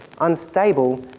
unstable